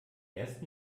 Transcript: ersten